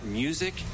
music